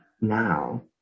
now